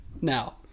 Now